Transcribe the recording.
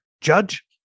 judge